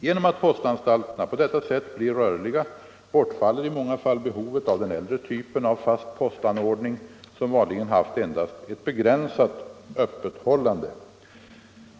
Genom att postanstalterna på detta sätt blir rörliga bortfaller i många fall behovet av den äldre typen av fast postanordning som vanligen haft endast ett begränsat öppethållande.